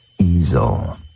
easel